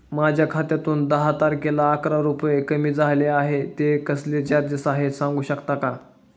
माझ्या खात्यातून दहा तारखेला अकरा रुपये कमी झाले आहेत ते कसले चार्जेस आहेत सांगू शकता का?